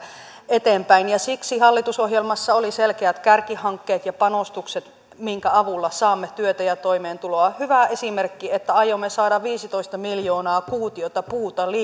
eteenpäin siksi hallitusohjelmassa oli selkeät kärkihankkeet ja panostukset minkä avulla saamme työtä ja toimeentuloa hyvä esimerkki on se että aiomme saada viisitoista miljoonaa kuutiota puuta